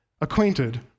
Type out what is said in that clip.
acquainted